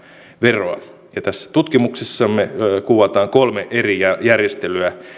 veroa ja tässä tutkimuksessamme kuvataan kolme eri järjestelyä